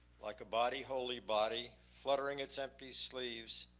like a body wholly body, fluttering its empty sleeves